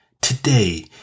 Today